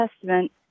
Testament